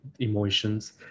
emotions